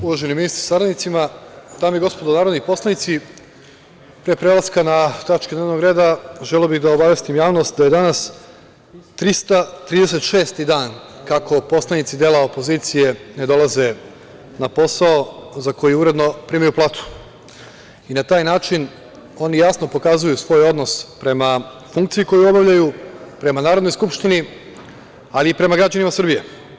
Uvaženi ministri sa saradnicima, dame i gospodo narodni poslanici, pre prelaska na tačke dnevnog reda, želeo bih da obavestim javnost da je danas 336 dan kako poslanici dela opozicije ne dolaze na posao za koji uredno primaju platu i na taj način oni jasno pokazuju svoj odnos prema funkciji koju obavljaju, prema Narodnoj skupštini, ali i prema građanima Srbije.